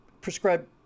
prescribe